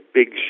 big